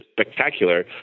spectacular